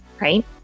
right